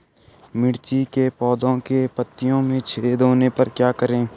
मिर्ची के पौधों के पत्तियों में छेद होने पर क्या करें?